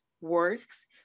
works